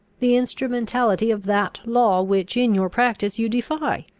the instrumentality of that law which in your practice you defy.